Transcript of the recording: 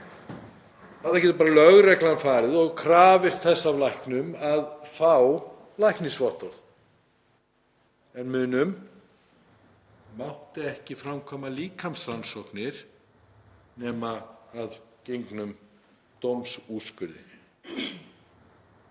Þarna getur bara lögreglan farið og krafist þess af lækni að fá læknisvottorð. En munum: Það má ekki framkvæma líkamsrannsóknir nema að gengnum dómsúrskurði.